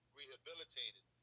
rehabilitated